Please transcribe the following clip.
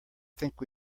think